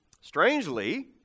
strangely